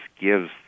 gives